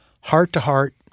heart-to-heart